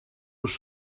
los